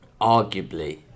arguably